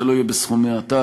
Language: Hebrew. זה לא יהיה בסכומי עתק.